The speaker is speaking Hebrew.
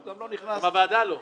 הוא גם לא נכנס --- גם הוועדה לא.